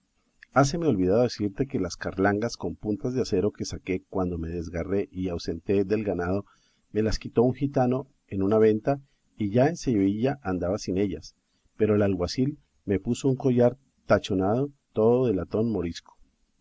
conocía háseme olvidado decirte que las carlancas con puntas de acero que saqué cuando me desgarré y ausenté del ganado me las quitó un gitano en una venta y ya en sevilla andaba sin ellas pero el alguacil me puso un collar tachonado todo de latón morisco